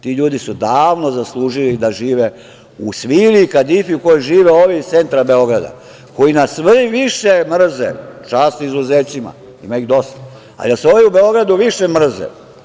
Ti ljudi su davno zaslužili da žive u svili i kadifi u kojoj žive ovi iz centra Beograda, koji nas sve više mrze, čast izuzecima, ima ih dosta, ali nas ovi u Beograd više mrze.